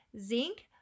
zinc